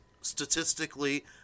statistically